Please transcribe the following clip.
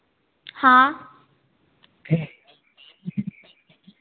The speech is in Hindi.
हाँ